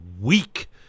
weak